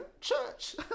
Church